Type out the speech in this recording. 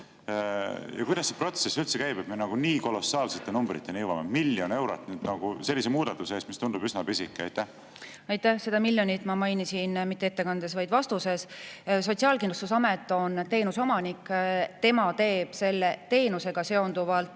ja kuidas see protsess üldse käib, et me nii kolossaalsete numbriteni jõuame? Miljon eurot sellise muudatuse eest, mis tundub üsna pisike. Aitäh! Seda miljonit ma ei maininud mitte ettekandes, vaid mainisin vastuses. Sotsiaalkindlustusamet on teenuse omanik, tema teeb selle teenusega seonduvalt